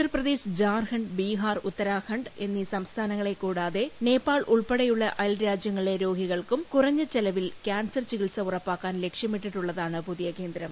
ഉത്തർപ്രദേശ്ശ് ജർഖണ്ഡ് ബീഹാർ ഉത്തരാഖണ്ഡ് എന്നീ സംസ്ഥാനങ്ങളെ കൂടാതെ നേപ്പാൾ ഉൾപ്പെടെയുള്ള അയ്യൽരാജ്യങ്ങളിലെ രോഗികൾക്കും കുറഞ്ഞ ചിലവിൽ ക്യാൻസർ ചികിത്സ ഉറപ്പാക്കാൻ ലക്ഷ്യമിട്ടുള്ളതാണ് പുതീയ ്ടകേന്ദ്രം